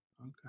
Okay